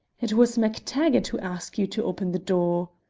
it was mactaggart who asked you to open the door?